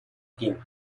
kim